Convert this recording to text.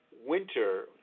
winter